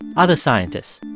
other scientists.